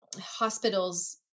hospitals